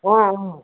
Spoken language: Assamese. অঁ অঁ